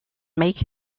make